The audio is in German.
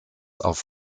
auf